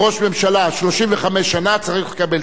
לא, מדובר בעובדי בניין.